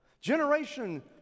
Generation